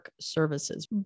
Services